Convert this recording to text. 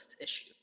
issue